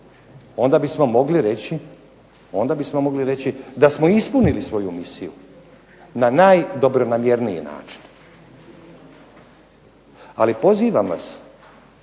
onda bismo mogli reći da smo ispunili svoju misiju, na najdobronamjerniji način. Ali pozivam vas